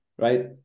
right